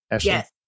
Yes